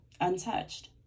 untouched